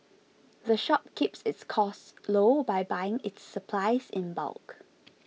the shop keeps its costs low by buying its supplies in bulk